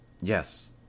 Yes